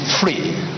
free